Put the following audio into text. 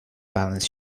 balance